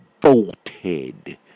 bolted